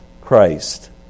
Christ